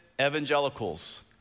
evangelicals